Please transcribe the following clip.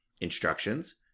instructions